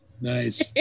Nice